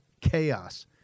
chaos